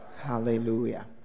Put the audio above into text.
Hallelujah